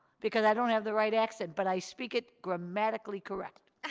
because i don't have the right accent, but i speak it grammatically correct.